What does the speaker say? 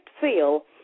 feel